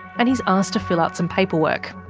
and he's asked to fill out some paperwork.